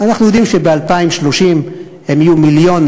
אנחנו יודעים שב-2030 הם יהיו 1.6 מיליון.